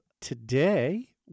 today